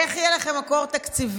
איך יהיה לכם מקור תקציבי,